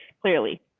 Clearly